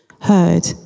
heard